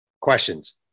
Questions